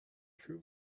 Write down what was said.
true